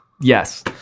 Yes